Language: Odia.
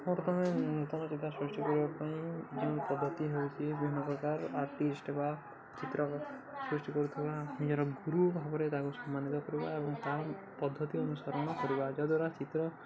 ମୁଁ ପ୍ରଥମେ ନୂତନ ଚିତ୍ର ସୃଷ୍ଟି କରିବା ପାଇଁ ଯେଉଁ ପଦ୍ଧତି ହେଉଛିି ବିଭିନ୍ନପ୍ରକାର ଆର୍ଟିଷ୍ଟ୍ ବା ଚିତ୍ର ସୃଷ୍ଟି କରୁଥିବା ନିଜର ଗୁରୁ ଭାବରେ ତାକୁ ସମ୍ମାନିତ କରିବା ଏବଂ ତା ପଦ୍ଧତି ଅନୁସରଣ କରିବା ଯାହାଦ୍ୱାରା ଚିତ୍ର